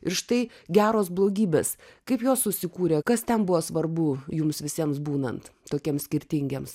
ir štai geros blogybės kaip jos susikūrė kas ten buvo svarbu jums visiems būnant tokiems skirtingiems